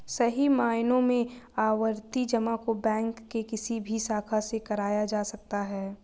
सही मायनों में आवर्ती जमा को बैंक के किसी भी शाखा से कराया जा सकता है